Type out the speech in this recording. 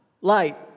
light